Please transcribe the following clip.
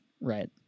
right